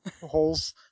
holes